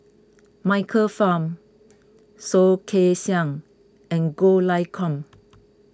Michael Fam Soh Kay Siang and Goh Lay Kuan